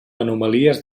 anomalies